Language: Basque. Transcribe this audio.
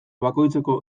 bakoitzeko